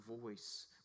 voice